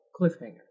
cliffhanger